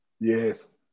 Yes